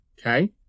Okay